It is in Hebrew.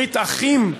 ברית אחים,